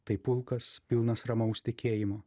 taip pulkas pilnas ramaus tikėjimo